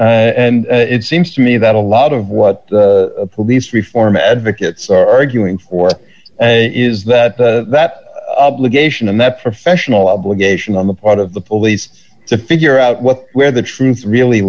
boyd and it seems to me that a lot of what police reform advocates are arguing for is that that obligation and that professional obligation on the part of the police to figure out what where the truth really